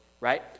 right